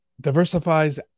diversifies